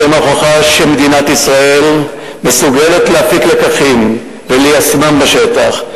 אתם ההוכחה שמדינת ישראל מסוגלת להפיק לקחים וליישמם בשטח.